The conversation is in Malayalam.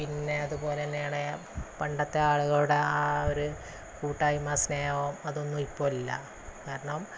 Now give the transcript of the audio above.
പിന്നെ അതുപോലെ തന്നെയാണ് പണ്ടത്തെ ആളുകളുടെ ആ ഒരു കൂട്ടായ്മ സ്നേഹവും അതൊന്നും ഇപ്പോൾ ഇല്ല കാരണം